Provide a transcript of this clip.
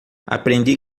aprendi